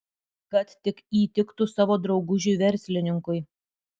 kad tik įtiktų savo draugužiui verslininkui